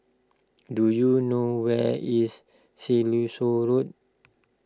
do you know where is Siloso Road